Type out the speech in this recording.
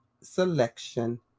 selection